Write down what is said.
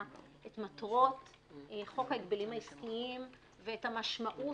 את מטרות חוק ההגבלים העסקיים ואת המשמעות